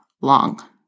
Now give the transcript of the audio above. long